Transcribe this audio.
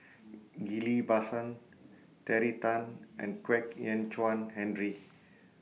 Ghillie BaSan Terry Tan and Kwek Hian Chuan Henry